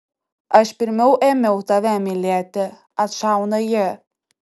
aš pirmiau ėmiau tave mylėti atšauna ji